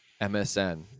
MSN